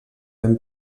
ben